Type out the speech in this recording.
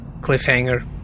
cliffhanger